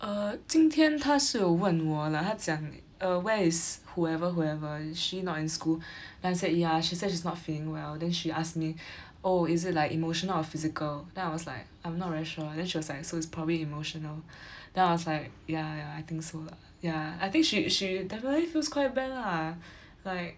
err 今天她是问我啦她讲 eh err where is whoever whoever is she not in school then I said ya she said she's not feeling well then she asked me oh is it like emotional or physical then I was like I'm not very sure then she was like so it's probably emotional then I was like ya ya I think so lah ya I think she she definitely feels quite bad lah like